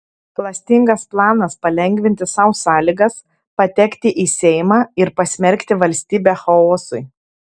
klastingas planas palengvinti sau sąlygas patekti į seimą ir pasmerkti valstybę chaosui